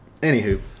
Anywho